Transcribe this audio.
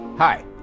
Hi